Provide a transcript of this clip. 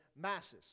masses